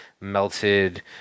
melted